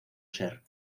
ser